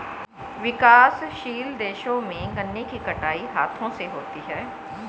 विकासशील देशों में गन्ने की कटाई हाथों से होती है